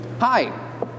Hi